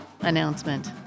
announcement